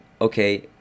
okay